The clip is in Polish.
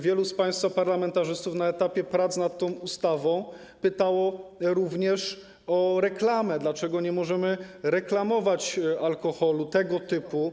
Wielu z państwa parlamentarzystów na etapie prac nad tą ustawą pytało również o reklamę, o to, dlaczego nie możemy reklamować alkoholu tego typu.